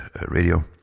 radio